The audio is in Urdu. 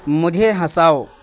مجھے ہنساؤ